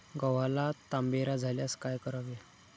गव्हाला तांबेरा झाल्यास काय करावे?